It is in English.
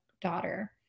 daughter